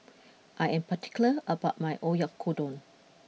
I am particular about my Oyakodon